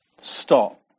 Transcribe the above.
Stop